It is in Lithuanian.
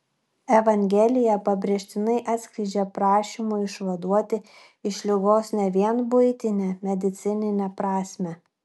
evangelija pabrėžtinai atskleidžia prašymų išvaduoti iš ligos ne vien buitinę medicininę prasmę